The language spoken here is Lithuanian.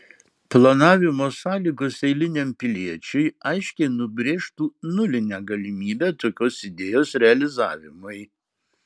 planavimo sąlygos eiliniam piliečiui aiškiai nubrėžtų nulinę galimybę tokios idėjos realizavimui